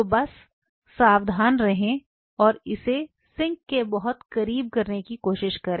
तो बस सावधान रहें और इसे सिंक के बहुत करीब करने की कोशिश करें